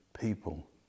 people